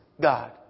God